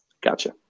Gotcha